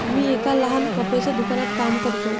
मी एका लहान कपड्याच्या दुकानात काम करतो